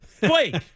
Blake